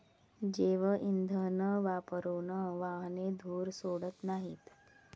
जैवइंधन वापरून वाहने धूर सोडत नाहीत